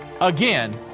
Again